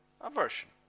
aversion